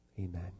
amen